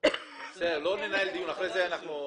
לא ננהל דיון על זה.